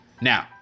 Now